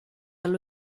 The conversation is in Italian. allo